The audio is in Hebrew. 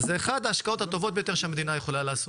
זו אחת ההשקעות הטובות ביותר שהמדינה יכולה לעשות,